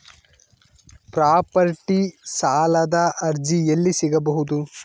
Property ಸಾಲದ ಅರ್ಜಿ ಎಲ್ಲಿ ಸಿಗಬಹುದು?